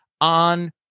on